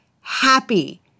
happy